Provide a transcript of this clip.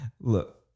look